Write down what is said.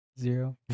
Zero